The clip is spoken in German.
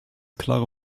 klare